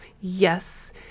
yes